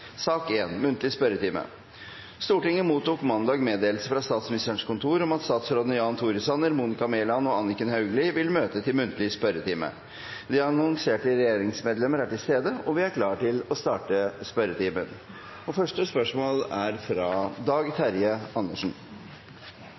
Stortinget mottok mandag meddelelse fra Statsministerens kontor om at statsrådene Jan Tore Sanner, Monica Mæland og Anniken Hauglie vil møte til muntlig spørretime. De annonserte regjeringsmedlemmer er til stede, og vi er klar til å starte den muntlige spørretimen. Vi starter med første spørsmål, fra representanten Dag